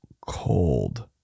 cold